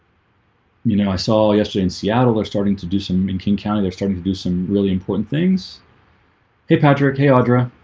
you know i saw yesterday in seattle are starting to do some in king county they're starting to do some really important things hey patrick, hey, audra